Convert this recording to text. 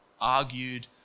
Argued